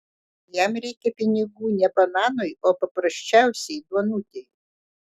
jam reikia pinigų ne bananui o paprasčiausiai duonutei